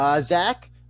Zach